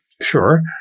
sure